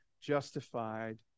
justified